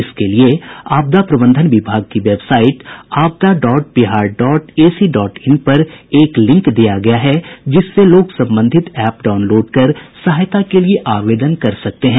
इसके लिए आपदा प्रबंधन विभाग की वेबवाइट अपदा dot Bihar dot AC dot in पर एक लिंक दिया गया जिससे लोग संबंधित एप डाउनलोड कर सहायता के लिए आवेदन कर सकते हैं